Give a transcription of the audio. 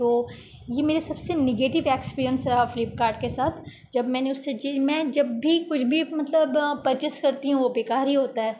تو یہ میرے سب سے نگیٹیو ایکسپیریئنس رہا فلپ کارٹ کے ساتھ جب میں نے اس سے جی میں جب بھی کچھ بھی مطلب پرچیز کرتی ہوں وہ بیکار ہی ہوتا ہے